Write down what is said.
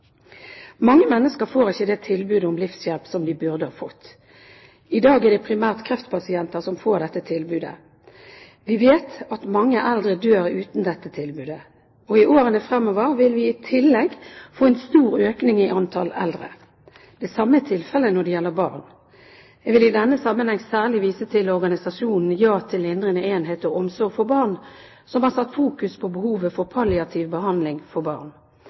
Mange mennesker får ikke det tilbudet om livshjelp som de burde ha fått. I dag er det primært kreftpasienter som får dette tilbudet. Vi vet at mange eldre dør uten dette tilbudet. I årene fremover vil vi i tillegg få en stor økning i antall eldre. Det samme er tilfellet når det gjelder barn. Jeg vil i denne sammenheng særlig vise til organisasjonen JA til lindrende enhet og omsorg for barn, som har fokusert på behovet for palliativ behandling for barn.